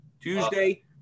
Tuesday